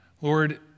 Lord